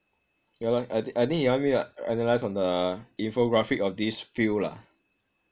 yah lor I th~ I think he want me to analyze on the infographic of this field lah